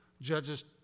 judges